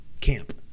camp